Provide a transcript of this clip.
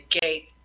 gate